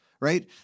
right